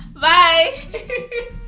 Bye